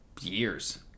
years